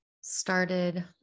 started